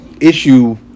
issue